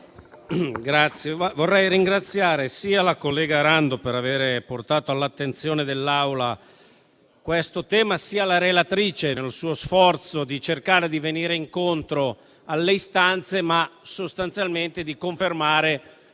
Presidente, vorrei ringraziare sia la collega Rando per avere portato all'attenzione dell'Assemblea questo tema, sia la relatrice nel suo sforzo di cercare di venire incontro alle istanze, ma che sostanzialmente conferma